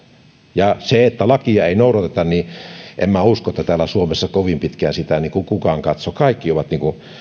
ja jos lakia ei noudateta niin en minä usko että täällä suomessa kovin pitkään sitä kukaan katsoo kaikki ovat